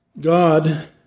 God